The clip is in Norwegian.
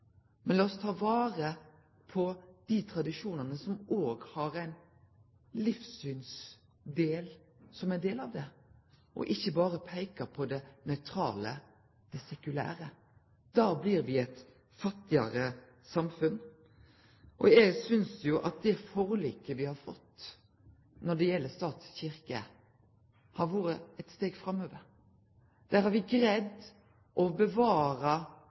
Men lat oss ta vare på dei tradisjonane som òg har livssyn som ein del av det, og ikkje berre peike på det nøytrale, det sekulære. Da blir me eit fattigare samfunn. Eg synest at det forliket me har fått når det gjeld stat–kyrkje, har vore eit steg framover. Der har me greidd å